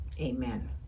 Amen